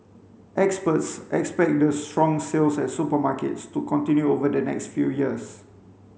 experts expect the strong sales at supermarkets to continue over the next few years